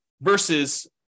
versus